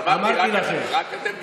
אבל מרגי, רק אתם דיברתם.